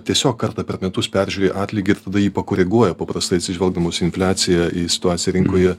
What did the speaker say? tiesiog kartą per metus peržiūri atlygį jį pakoreguoja paprastai atsižvelgdamos į infliaciją į situaciją rinkoje